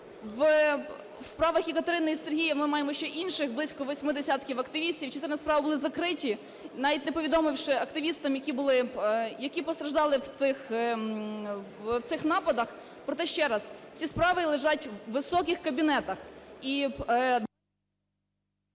в справах і Катерини, і Сергія ми маємо ще інших близько 80 активістів, частина справ були закриті, навіть не повідомивши активістам, які постраждали в цих нападах. Проте, ще раз, ці справи лежать у високих кабінетах